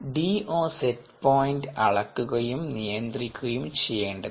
DO set point അളക്കുകയും നിയന്ത്രിക്കുകയും ചെയ്യേണ്ടത് ഉണ്ട്